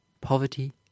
Poverty